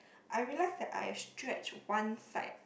I realise that I stretch one side